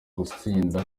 gutsinda